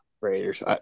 Raiders